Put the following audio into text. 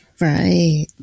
Right